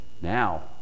now